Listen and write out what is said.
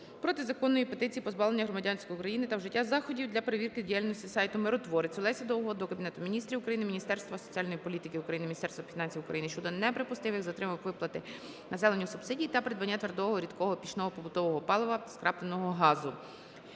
протизаконної петиції "Позбавлення громадянства України" та вжиття заходів для перевірки діяльності сайту "Миротворець". Олеся Довгого до Кабінету Міністрів України, Міністерства соціальної політики України, Міністерства фінансів України щодо неприпустимих затримок виплати населенню субсидій на придбання твердого та рідкого пічного побутового палива та скрапленого газу.